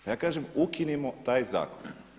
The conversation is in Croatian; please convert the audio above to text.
A ja kažem ukinimo taj zakon.